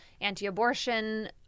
anti-abortion